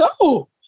go